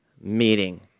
meeting